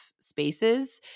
spaces